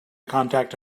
contact